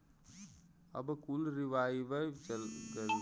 अब कुल रीवाइव चल गयल हौ